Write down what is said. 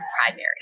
primary